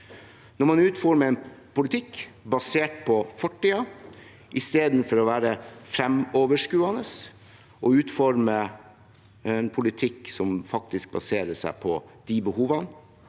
å utforme en politikk basert på fortiden, i stedet for å være fremoverskuende og utforme politikk som faktisk baserer seg på de behovene